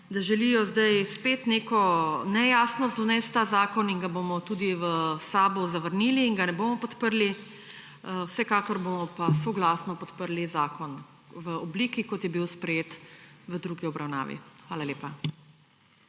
da želijo zdaj spet neko nejasnost vnesti v ta zakon in ga bomo v SAB zavrnili in ga ne bomo podprli. Vsekakor pa bomo soglasno podprli zakon v obliki, kot je bil sprejet v drugi obravnavi. Hvala lepa.